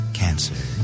cancer